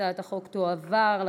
התשע"ה 2014,